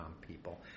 people